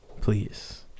please